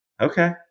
Okay